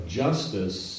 justice